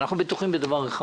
אנחנו בטוחים בדבר אחד: